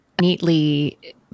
neatly